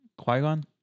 Qui-Gon